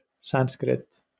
Sanskrit